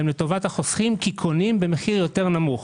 לטובת החוסכים כי קונים במחיר יותר נמוך.